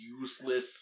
useless